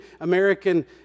American